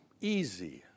easy